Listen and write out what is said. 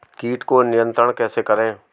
कीट को नियंत्रण कैसे करें?